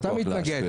אתה מתנגד.